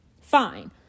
Fine